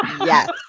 Yes